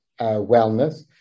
wellness